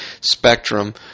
spectrum